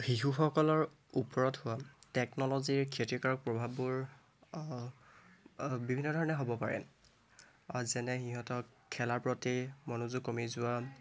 শিশুসকলৰ ওপৰত হোৱা টেকন'ল'জিৰ ক্ষতিকৰ প্ৰভাৱবোৰ বিভিন্ন ধৰণে হ'ব পাৰে যেনে সিহঁতক খেলাৰ প্ৰতি মনোযোগ কমি যোৱা